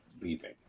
leaving